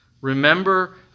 Remember